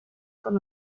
con